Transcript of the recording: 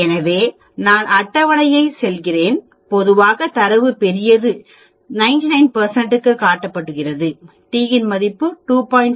எனவே நான் அட்டவணைக்குச் செல்கிறேன் பொதுவாக தரவு பெரியது 99 க்கு காட்டப்பட்டுள்ளது t மதிப்பு 2